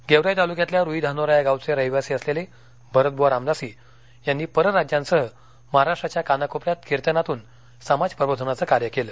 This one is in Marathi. गेवराई तालुक्यातल्या रुई धानोरा या गावचे रहिवासी असलेले भरतब्वा रामदासी यांनी परराज्यांसह महाराष्ट्राच्या कानाकोपऱ्यात कीर्तनातून समाज प्रबोधनाचं कार्य केलं